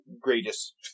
greatest